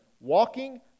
walking